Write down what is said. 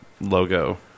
logo